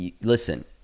Listen